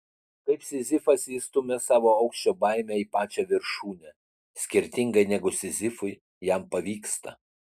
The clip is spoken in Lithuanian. kaip sizifas jis stumia savo aukščio baimę į pačią viršūnę skirtingai negu sizifui jam pavyksta